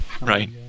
right